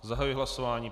Zahajuji hlasování.